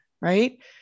Right